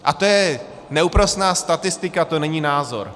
A to je neúprosná statistika, to není názor.